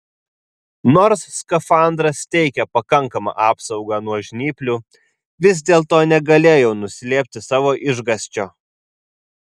nors skafandras teikė pakankamą apsaugą nuo žnyplių vis dėlto negalėjau nuslėpti savo išgąsčio